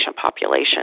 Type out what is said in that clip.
population